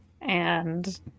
And-